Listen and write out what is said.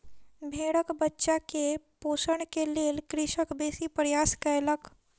भेड़क बच्चा के पोषण के लेल कृषक बेसी प्रयास कयलक